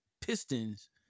Pistons